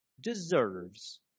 deserves